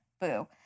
Boo